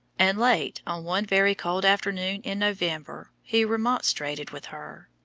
and late on one very cold afternoon in november he remonstrated with her.